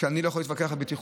אני לא יכול להתווכח על בטיחות.